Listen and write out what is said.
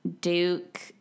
Duke